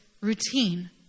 routine